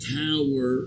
tower